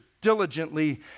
diligently